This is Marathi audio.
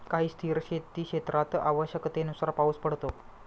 काही स्थिर शेतीक्षेत्रात आवश्यकतेनुसार पाऊस पडतो